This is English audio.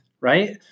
right